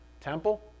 temple